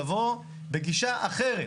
לבוא בגישה אחרת.